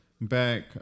back